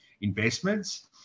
investments